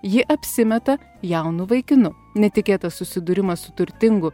ji apsimeta jaunu vaikinu netikėtas susidūrimas su turtingu